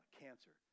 cancer